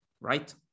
right